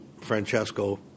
Francesco